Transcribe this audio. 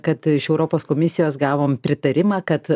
kad iš europos komisijos gavom pritarimą kad